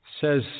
says